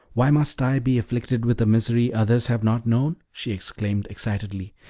why must i be afflicted with a misery others have not known! she exclaimed excitedly.